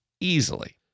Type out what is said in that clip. easily